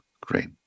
great